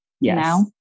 Yes